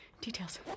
details